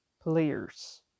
players